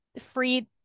free